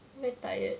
very tired